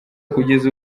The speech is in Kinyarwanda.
kugeza